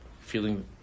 feeling